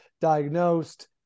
diagnosed